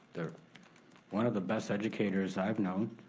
they're one of the best educators i've known.